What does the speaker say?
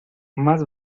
más